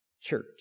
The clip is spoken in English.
church